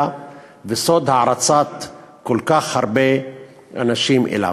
וסוד ההערצה של כל כך הרבה אנשים כלפיו.